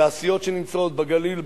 תעשיות שנמצאות בגליל,